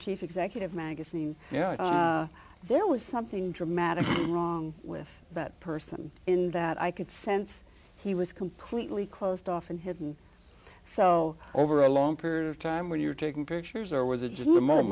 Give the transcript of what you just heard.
chief executive magazine yeah there was something dramatic wrong with that person in that i could sense he was completely closed off and hidden so over a longer time when you were taking pictures or was it just